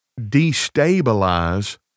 destabilize